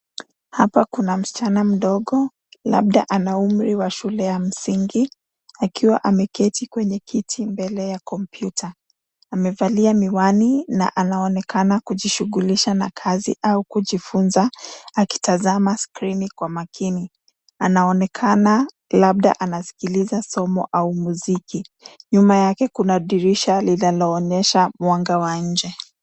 Hapa kuna msichana mdogo, labda ana umri wa shule ya msingi, akiwa ameketi kwenye kiti mbele ya kompyuta. Amevalia miwani na anaonekana kujishughulisha na kazi au kujifunza akitazama skrini kwa makini. Anaonekana labda anasikiliza somo au mziki. Nyuma yake kuna dirisha linaloonyesha mwanga wa nje.